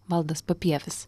valdas papievis